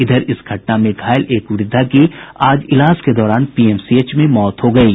इधर इस घटना में घायल एक वृद्वा की आज इलाज के दौरान पीएमसीएम में मौत हो गयी